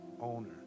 owner